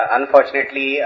Unfortunately